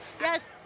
yes